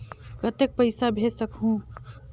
कतेक पइसा भेज सकहुं?